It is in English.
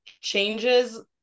changes